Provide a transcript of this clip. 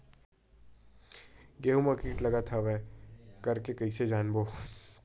गेहूं म कीट लगत हवय करके कइसे जानबो?